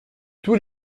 tous